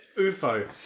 UFO